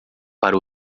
para